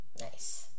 nice